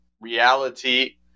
Reality